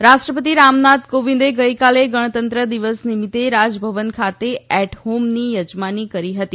at home રાષ્ટ્રપતિ રામનાથ કોવિંદે ગઇકાલે ગણતંત્ર દિવસ નિમિત્તે રાજભવન ખાતે એટહોમની યજમાની કરી હતી